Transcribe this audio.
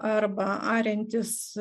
arba ariantis